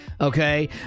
okay